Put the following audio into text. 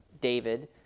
David